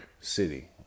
City